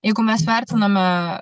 jeigu mes vertiname